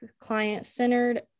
client-centered